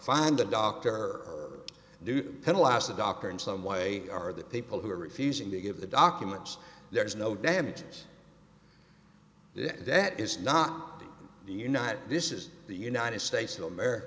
find a doctor or do penalize a doctor in some way or the people who are refusing to give the documents there is no damages yet that is not the united this is the united states of america